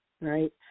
right